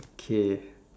okay